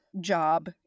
job